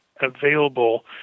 available